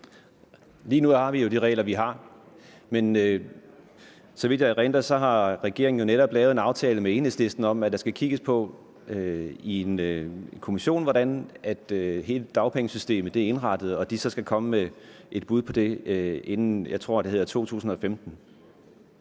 Lige nu har vi de regler, vi har. Men så vidt jeg erindrer, har regeringen jo netop lavet en aftale med Enhedslisten om, at en kommission skal kigge på, hvordan hele dagpengesystemet er indrettet, og så komme med et bud på det inden, jeg tror det er 2015.